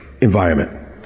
environment